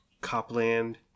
Copland